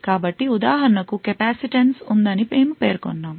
కాబట్టి ఉదాహరణకు కెపాసిటెన్స్ ఉందని మేము పేర్కొన్నాము